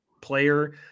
player